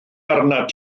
arnat